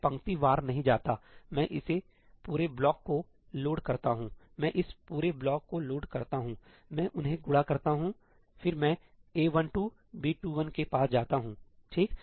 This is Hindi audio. मैं पंक्ति वार नहीं जातामैं इस पूरे ब्लॉक को लोड करता हूंमैं इस पूरे ब्लॉक को लोड करता हूंमैं उन्हें गुणा करता हूं फिर मैं A12 B21 के पास जाता हूं ठीक